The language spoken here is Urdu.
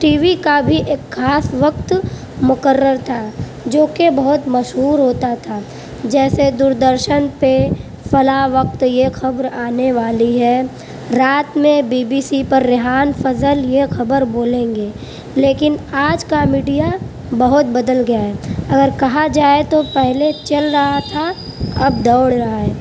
ٹی وی کا بھی ایک خاص وقت مقرر تھا جو کہ بہت مشہور ہوتا تھا جیسے دوردرشن پہ فلاں وقت یہ خبر آنے والی ہے رات میں بی بی سی پر ریحان فضل یہ خبر بولیں گے لیکن آج کا میڈیا بہت بدل گیا ہے اگر کہا جائے تو پہلے چل رہا تھا اب دوڑ رہا ہے